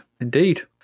indeed